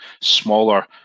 smaller